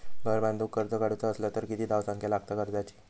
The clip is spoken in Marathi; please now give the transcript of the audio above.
घर बांधूक कर्ज काढूचा असला तर किती धावसंख्या लागता कर्जाची?